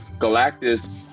Galactus